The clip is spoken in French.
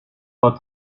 pas